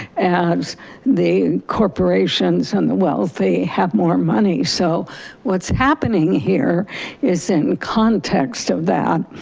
as the corporations and the wealthy have more money. so what's happening here is in context of that.